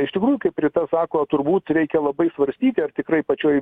iš tikrųjų kaip rita sako turbūt reikia labai svarstyti ar tikrai pačioj